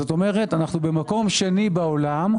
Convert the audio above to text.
זאת אומרת, אנחנו במקום שני בעולם.